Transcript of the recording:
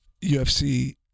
UFC